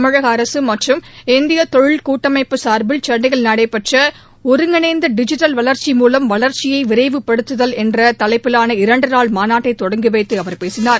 தமிழக அரசு மற்றும் இந்திய தொழில் கூட்டமைப்பு சார்பில் சென்னையில் நடைபெற்ற ஒருங்கிணைந்த டிஜிட்டல் வளர்ச்சி மூலம் வளர்ச்சியை விரைவுபடுத்துதல் என்ற தலைப்பிலான இரண்டு நாள் மாநாட்டை தொடங்கி வைத்து அவர் பேசினார்